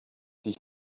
dich